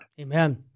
Amen